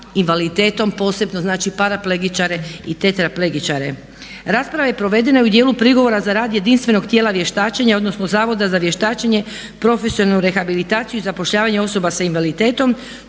invaliditetom posebno znači paraplegičare i tetra plegičare. Rasprava je provedena u dijelu prigovora za rad jedinstvenog tijela vještačenja, odnosno Zavoda za vještačenje, profesionalnu rehabilitaciju i zapošljavanje osoba sa invaliditetom.